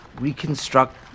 reconstruct